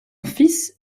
fils